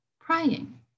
praying